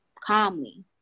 calmly